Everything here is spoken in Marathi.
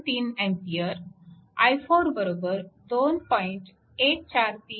93 A i4 2